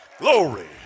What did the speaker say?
Glory